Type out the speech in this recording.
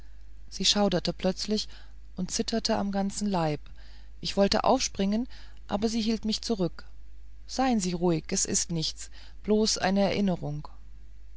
sie schauderte plötzlich und zitterte am ganzen leib ich wollte aufspringen aber sie hielt mich zurück seien sie ruhig es ist nichts bloß eine erinnerung